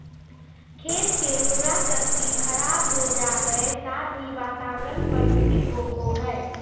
खेत के उर्वरा शक्ति खराब हो जा हइ, साथ ही वातावरण प्रदूषित होबो हइ